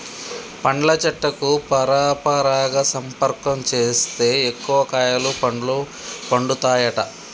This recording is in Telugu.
పండ్ల చెట్లకు పరపరాగ సంపర్కం చేస్తే ఎక్కువ కాయలు పండ్లు పండుతాయట